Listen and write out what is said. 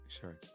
Sure